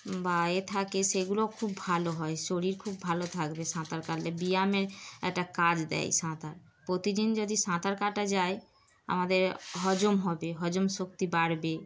বা এ থাকে সেগুলো খুব ভালো হয় শরীর খুব ভালো থাকবে সাঁতার কাটলে ব্যায়ামের একটা কাজ দেয় সাঁতার প্রতিদিন যদি সাঁতার কাটা যায় আমাদের হজম হবে হজম শক্তি বাড়বে